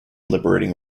liberating